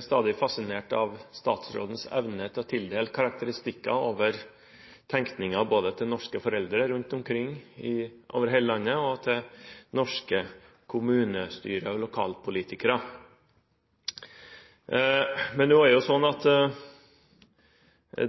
stadig fascinert av statsrådens evne til å gi karakteristikker av tenkningen både til norske foreldre rundt omkring i hele landet og til norske kommunestyrer og lokalpolitikere. Nå er det sånn at